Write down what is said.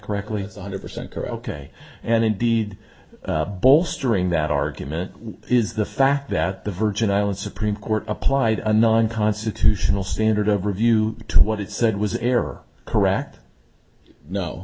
correctly one hundred percent correct ok and indeed bolstering that argument is the fact that the virgin islands supreme court applied a nine constitutional standard of review to what it said was error correct no